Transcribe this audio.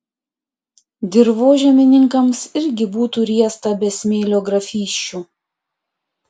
dirvožemininkams irgi būtų riesta be smėlio grafysčių